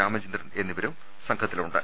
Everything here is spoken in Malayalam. രാമചന്ദ്രൻ എന്നിവർ സംഘത്തിലുണ്ട്